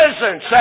presence